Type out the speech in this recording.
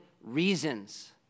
reasons